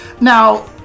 now